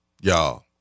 Y'all